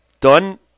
done